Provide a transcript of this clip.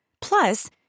Plus